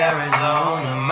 Arizona